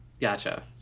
gotcha